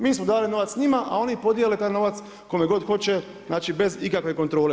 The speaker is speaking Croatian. Mi smo dali novac njima, a oni podijele taj novac kome god hoće, znači bez ikakve kontrole.